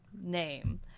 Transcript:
name